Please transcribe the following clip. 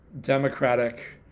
democratic